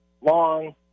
long